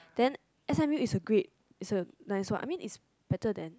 then s_m_u is a great is a nice one I mean is better than